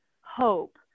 hope